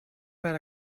per